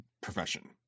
profession